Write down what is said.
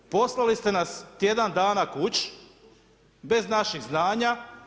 Poslali ste nas tjedan dana kući bez našeg znanja.